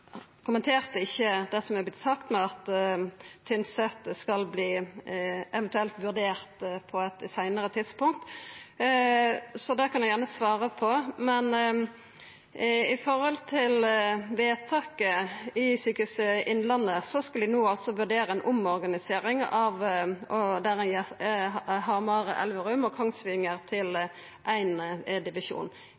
kommenterte ikkje det som er vorte sagt om at Tynset eventuelt skal verta vurdert på eit seinare tidspunkt. Det kan han gjerne svara på. Når det gjeld vedtaket i Sykehuset Innlandet, skal dei no altså vurdera ei omorganisering, der ein gjer Hamar, Elverum og Kongsvinger til